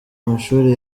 amashuri